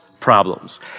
Problems